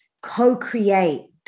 co-create